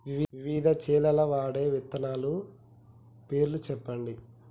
వివిధ చేలల్ల వాడే విత్తనాల పేర్లు చెప్పండి?